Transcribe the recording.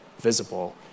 visible